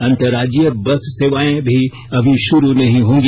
अंतर्राज्यीय बस सेवाए भी अभी शुरू नहीं होंगी